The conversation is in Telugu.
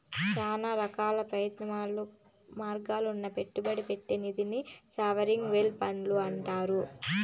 శానా రకాల ప్రత్యామ్నాయ మార్గాల్ల పెట్టుబడి పెట్టే నిదినే సావరిన్ వెల్త్ ఫండ్ అంటుండారు